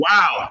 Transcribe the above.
Wow